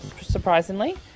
Surprisingly